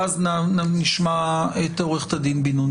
ואז נשמע את עו"ד בן נון.